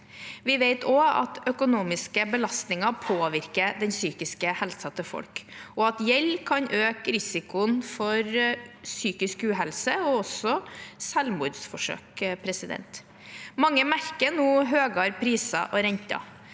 Vi vet også at økonomiske belastninger påvirker den psykiske helsen til folk, og at gjeld kan øke risikoen for psykisk uhelse og også selvmordsforsøk. Mange merker nå høyere priser og renter.